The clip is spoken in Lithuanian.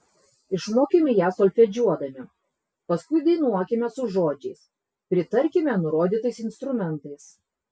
išmokime ją solfedžiuodami paskui dainuokime su žodžiais pritarkime nurodytais instrumentais